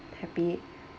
happy